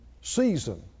Season